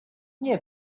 nie